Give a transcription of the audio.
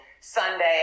Sunday